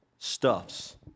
Stuffs